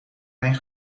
mijn